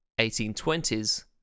1820s